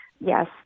yes